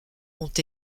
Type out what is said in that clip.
ont